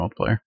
multiplayer